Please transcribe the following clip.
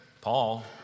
Paul